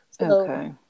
Okay